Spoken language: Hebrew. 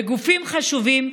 בגופים חשובים,